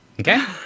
Okay